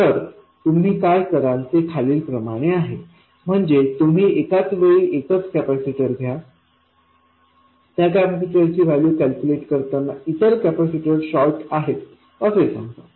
तर तुम्ही काय कराल ते खालील प्रमाणे आहे म्हणजे तुम्ही एकावेळी एकच कॅपेसिटर घ्या आणि त्या कॅपेसिटर ची व्हॅल्यू कॅल्क्युलेट करताना इतर कॅपेसिटर शॉर्ट आहेत असे समजा